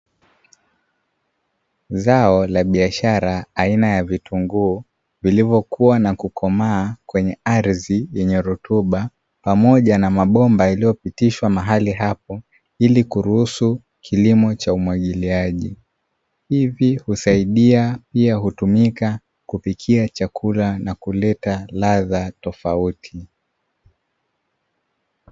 Zao la biashara aina ya vitunguu vilivokua na kukomaa kwenye ardhi yenye rutuba pamoja na mabomba yaliyopitishwa mahali apo ili kuruhusu kilimo cha umwagiliaji, hivi husaidia pia hutumika kupikia chakula na kuleta radha tofauti.